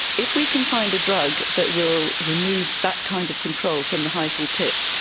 if we can find a drug that will remove that kind of control from the hyphal tip,